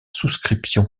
souscription